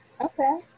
Okay